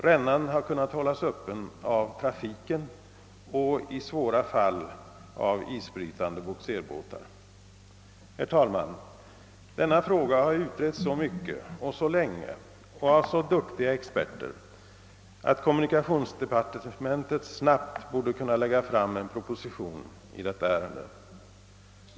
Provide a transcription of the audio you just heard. Rännan har kunnat hållas öppen av trafiken och i svåra fall av isbrytande bogserbåtar. Herr talman! Denna fråga har utretts så mycket, så länge och av så duktiga experter att kommunikationsdepartementet snabbt borde kunna lägga fram en proposition i detta ärende.